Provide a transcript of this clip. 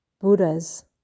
Buddhas